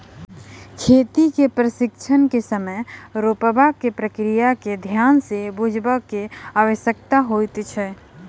खेतीक प्रशिक्षणक समय बीया रोपबाक प्रक्रिया के ध्यान सँ बुझबअ के आवश्यकता होइत छै